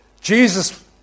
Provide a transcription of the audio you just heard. Jesus